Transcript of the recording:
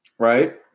Right